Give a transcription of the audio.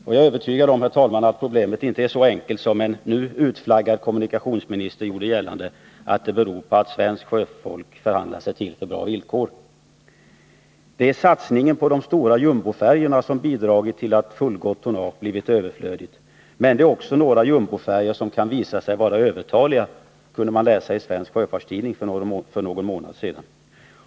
Jag är övertygad, herr talman, om att problemet inte är så enkelt som en nyutflaggad kommunikationsminister gjorde gällande, att det beror på att svenskt sjöfolk förhandlat sig till för bra villkor. Det är satsningen på de stora jumbofärjorna som bidragit till att fullgott tonnage blivit överflödigt, men det är också några jumbofärjor som kan visa sig vara övertaliga, kunde man läsa i Svensk Sjöfarts Tidning för någon månad sedan.